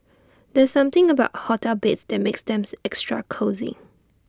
there's something about hotel beds that makes them extra cosy